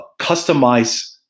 customize